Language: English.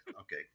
okay